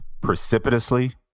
Precipitously